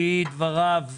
לפי דבריו,